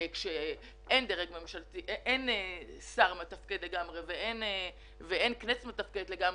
כשאין שר מתפקד לגמרי ואין כנסת מתפקדת לגמרי,